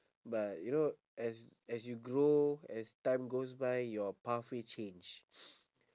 but you know as as you grow as time goes by your pathway change